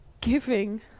giving